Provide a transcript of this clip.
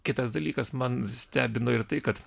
kitas dalykas man stebino ir tai kad